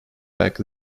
back